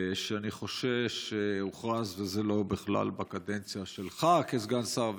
שאני חושש שהוכרז זה בכלל לא בקדנציה שלך כסגן שר,